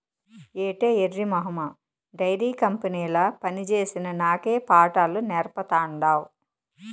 ఏటే ఎర్రి మొహమా డైరీ కంపెనీల పనిచేసిన నాకే పాఠాలు నేర్పతాండావ్